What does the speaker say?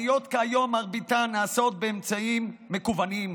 הפניות כיום, מרביתן נעשות באמצעים מקוונים.